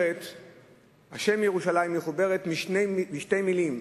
מחובר משתי מלים: